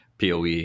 POE